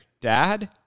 Dad